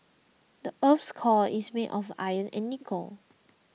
the earth's core is made of iron and nickel